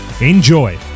Enjoy